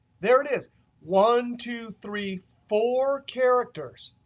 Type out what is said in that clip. there it is one, two, three, four characters.